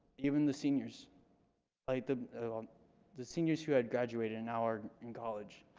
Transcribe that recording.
even the seniors like the the seniors who had graduated and now are in college